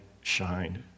shined